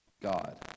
God